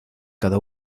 cada